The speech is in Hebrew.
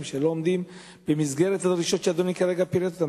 שלא עומדים במסגרת הדרישות שאדוני כרגע פירט אותן,